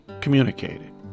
communicated